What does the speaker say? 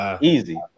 Easy